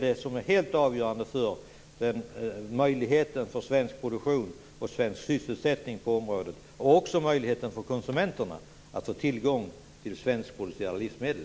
Detta är helt avgörande för möjligheterna för svensk produktion och svensk sysselsättning på området, och också för konsumenternas möjlighet att få tillgång till svenskproducerade livsmedel.